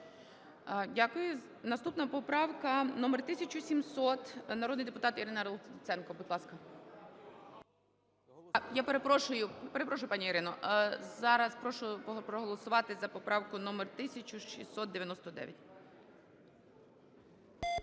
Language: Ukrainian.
Дякую. Наступна поправка номер 1700. Народний депутат Ірина Луценко, будь ласка. Я перепрошую, перепрошую, пані Ірино. Зараз прошу проголосувати за поправку номер 1699.